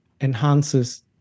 enhances